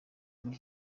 muri